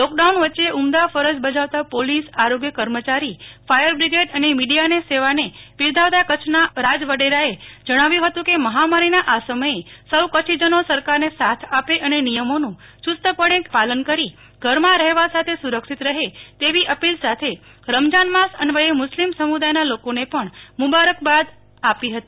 lockdown વચ્ચે ઉમદા ફરજ બજાવતા પોલીસ આરોગ્ય કર્મચારી ફાચર બ્રિગેડ અને મીડિયા ની સેવાને બિરદાવતા કચ્છના આ રાજવડેરાએ જણાવ્યું હતું કે મહામારીના આ સમયે સૌ કચ્છીજનો સરકારને સાથ આપે અને નિયમોનું ચુસ્તપણ પાલન કરી ઘરમાં રહેવા સાથે સુરક્ષિત રહે તેવી અપીલ સાથે રમજાન માસ અન્વયે મુસ્લિમ સમુદાયના લોકોને પણ મુબારકબાદ આપી હતી